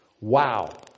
Wow